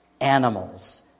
Animals